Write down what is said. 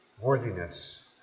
worthiness